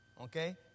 Okay